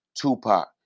Tupac